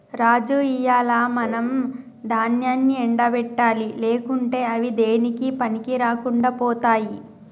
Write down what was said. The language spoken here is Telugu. రాజు ఇయ్యాల మనం దాన్యాన్ని ఎండ పెట్టాలి లేకుంటే అవి దేనికీ పనికిరాకుండా పోతాయి